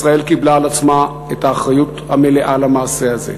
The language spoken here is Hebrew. ישראל קיבלה על עצמה את האחריות המלאה למעשה הזה,